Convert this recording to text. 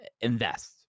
invest